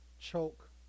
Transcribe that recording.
choke